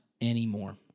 anymore